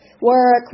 work